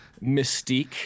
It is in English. mystique